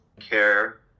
care